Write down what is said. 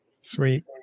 Sweet